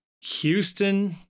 Houston